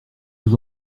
vous